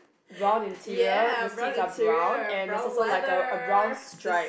brown interior the seats are brown and there's also like a a brown stripe